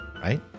Right